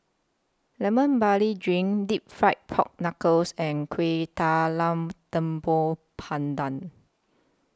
Lemon Barley Drink Deep Fried Pork Knuckles and Kuih Talam Tepong Pandan